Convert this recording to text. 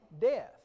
death